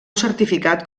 certificat